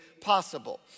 possible